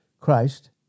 Christ